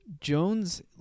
Jones